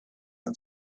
man